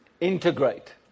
Integrate